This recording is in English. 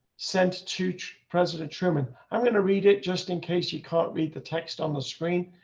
sent to to president truman. i'm going to read it, just in case you can't read the text on the screen,